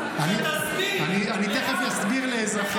--- אולי תסביר לו על מה החוק.